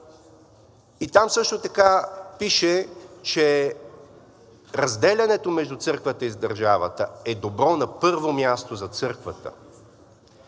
И там също така пише, че разделянето между църквата и държавата е добро, на първо място, за църквата.